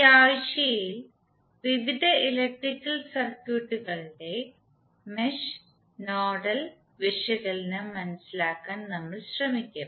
ഈ ആഴ്ചയിൽ വിവിധ ഇലക്ട്രിക്കൽ സർക്യൂട്ടുകളുടെ മെഷ് നോഡൽ വിശകലനം മനസിലാക്കാൻ നമ്മൾ ശ്രമിക്കും